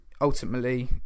ultimately